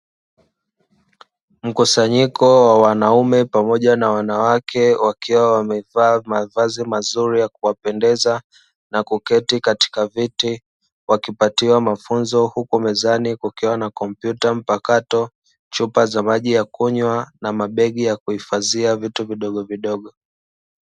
Mkusanyiko wa wanaume pamoja na wanawake, wakiwa wamevaa mavazi mazuri ya kuwapendeza na kuketi katika vyeti, wakipatiwa mafunzo huko mezani kukiwa na kompyuta mpakato, chupa za maji ya kunywa, na mabegi ya kuhifadhia vitu vidogovidogo.